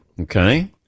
Okay